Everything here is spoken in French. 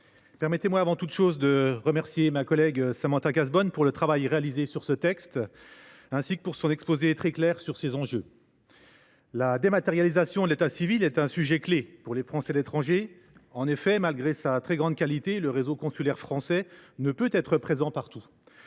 permettez moi avant toute chose de remercier ma collègue Samantha Cazebonne pour le travail réalisé sur ce texte, ainsi que pour son exposé très clair sur les enjeux qui y sont liés. La dématérialisation de l’état civil est un sujet clé pour les Français de l’étranger. En effet, malgré sa très grande qualité, le réseau consulaire français ne peut être présent partout.